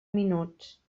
minuts